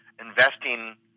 investing